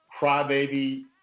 crybaby